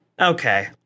Okay